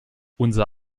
unser